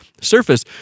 surface